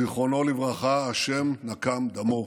זיכרונו לברכה, השם נקם דמו.